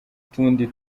tundi